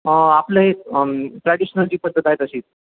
आपलं हे ट्रॅडिशनल जी पद्धत आहे तशीच